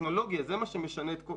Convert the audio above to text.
הטכנולוגיה, זה מה שמשנה את המשחק.